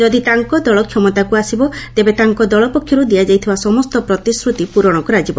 ଯଦି ତାଙ୍କ ଦଳ କ୍ଷମତାକୁ ଆସିବ ତେବେ ତାଙ୍କ ଦଳ ପକ୍ଷରୁ ଦିଆଯାଇଥିବା ସମସ୍ତ ପ୍ରତିଶ୍ରତି ପୂରଣ କରାଯିବ